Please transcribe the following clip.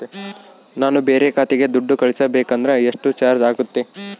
ನಾನು ಬೇರೆ ಖಾತೆಗೆ ದುಡ್ಡು ಕಳಿಸಬೇಕು ಅಂದ್ರ ಎಷ್ಟು ಚಾರ್ಜ್ ಆಗುತ್ತೆ?